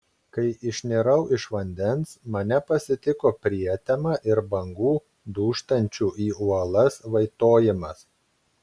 kai išnirau iš vandens mane pasitiko prietema ir bangų dūžtančių į uolas vaitojimas